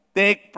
take